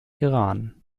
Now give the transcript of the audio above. iran